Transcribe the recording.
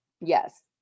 Yes